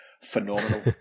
phenomenal